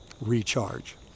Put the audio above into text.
recharge